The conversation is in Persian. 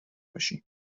باشی